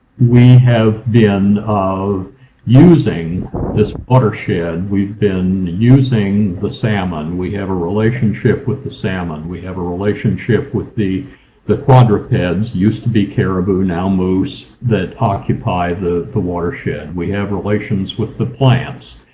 we have been using this watershed. we've been using the salmon. we have a relationship with the salmon. we have a relationship with the the quadrupeds, used to be caribou, now moose, that occupy the the watershed. we have relations with the plants,